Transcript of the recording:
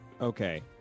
Okay